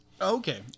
Okay